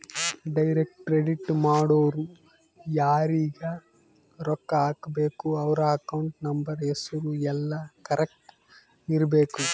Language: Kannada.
ಡೈರೆಕ್ಟ್ ಕ್ರೆಡಿಟ್ ಮಾಡೊರು ಯಾರೀಗ ರೊಕ್ಕ ಹಾಕಬೇಕು ಅವ್ರ ಅಕೌಂಟ್ ನಂಬರ್ ಹೆಸರು ಯೆಲ್ಲ ಕರೆಕ್ಟ್ ಇರಬೇಕು